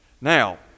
Now